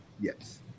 Yes